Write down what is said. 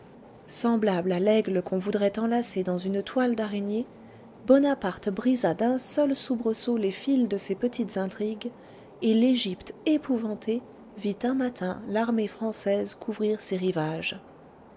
semblable à l'aigle qu'on voudrait enlacer dans une toile d'araignée bonaparte brisa d'un seul soubresaut les fils de ces petites intrigues et l'égypte épouvantée vit un matin l'armée française couvrir ses rivages